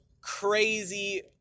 crazy